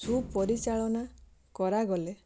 ସୁପରିଚାଳନା କରାଗଲେ